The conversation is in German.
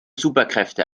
superkräfte